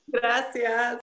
Gracias